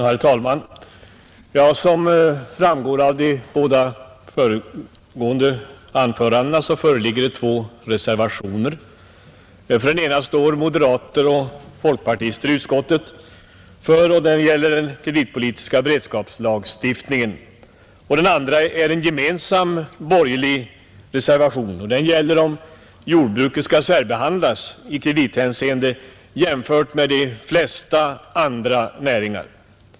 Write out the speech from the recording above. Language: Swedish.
Herr talman! Som framgått av de föregående anförandena föreligger här två reservationer. För den ena står moderater och folkpartister i utskottet och den gäller den kreditpolitiska beredskapslagstiftningen. Den andra är en gemensam borgerlig reservation, och den gäller frågan om jordbruket skall särbehandlas i kredithänseende jämfört med de flesta andra näringar.